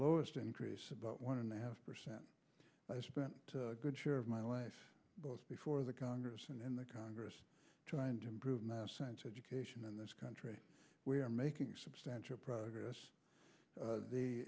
lowest increase about one and a half percent i spent a good share of my life both before the congress and in the congress trying to improve my sense education in this country we are making substantial progress